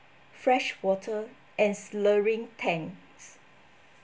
freshwater and slurring tanks